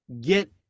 get